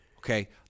okay